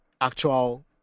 actual